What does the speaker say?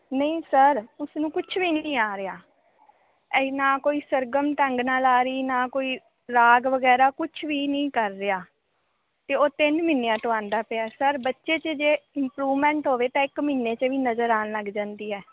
ਨਹੀਂ ਸਰ ਉਸਨੂੰ ਕੁਛ ਵੀ ਨਹੀਂ ਆ ਰਿਹਾ ਇ ਨਾ ਕੋਈ ਸਰਗਮ ਢੰਗ ਨਾਲ ਆ ਰਹੀ ਨਾ ਕੋਈ ਰਾਗ ਵਗੈਰਾ ਕੁਛ ਵੀ ਨਹੀਂ ਕਰ ਰਿਹਾ ਅਤੇ ਉਹ ਤਿੰਨ ਮਹੀਨਿਆਂ ਤੋਂ ਆਉਂਦਾ ਪਿਆ ਸਰ ਬੱਚੇ 'ਚ ਜੇ ਇਮਪਰੂਵਮੈਂਟ ਹੋਵੇ ਤਾਂ ਇੱਕ ਮਹੀਨੇ 'ਚ ਵੀ ਨਜ਼ਰ ਆਉਣ ਲੱਗ ਜਾਂਦੀ ਹੈ